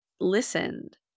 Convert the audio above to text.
listened